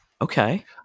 Okay